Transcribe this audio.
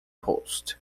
post